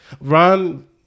Ron